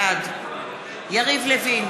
בעד יריב לוין,